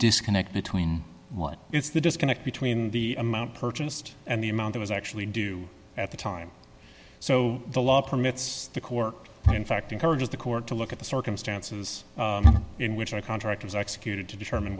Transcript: disconnect between what is the disconnect between the amount purchased and the amount it was actually due at the time so the law permits the quirk in fact encourages the court to look at the circumstances in which our contractors are executed to determine